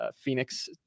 Phoenix